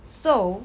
so